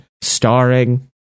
starring